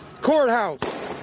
Courthouse